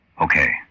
Okay